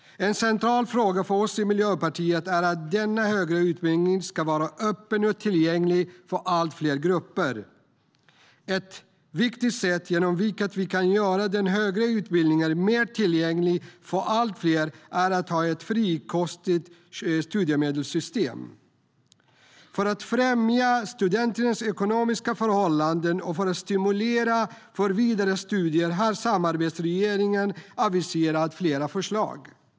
En central fråga för oss i Miljöpartiet är att denna högre utbildning ska vara öppen och tillgänglig för allt fler grupper. Ett viktigt sätt på vilket vi kan göra den högre utbildningen mer tillgänglig för allt fler är att ha ett frikostigt studiemedelsystem. För att främja studenternas ekonomiska förhållanden och stimulera till vidare studier har samarbetsregeringen aviserat flera förslag.